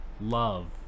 love